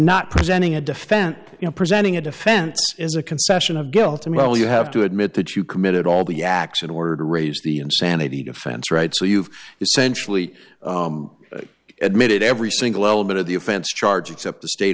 not presenting a defense you know presenting a defense is a concession of guilt and well you have to admit that you committed all the acts and order to raise the insanity defense right so you've essentially admitted every single bit of the offense charge except the state